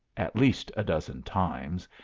at least a dozen times,